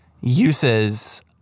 uses